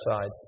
side